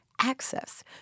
access